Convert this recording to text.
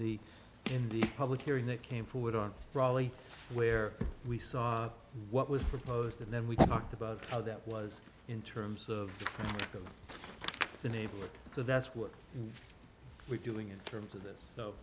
the in the public hearing that came forward on raleigh where we saw what was proposed and then we talked about how that was in terms of the neighborhood so that's what we're doing in terms of